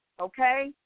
Okay